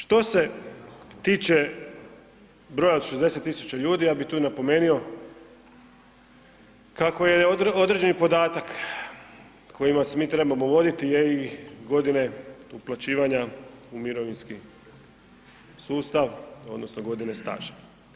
Što se tiče broja od 60 000 ljudi ja bi tu napomenio kako je određeni podatak kojima se mi trebamo voditi je i godine uplaćivanja u mirovinski sustav odnosno godine staža.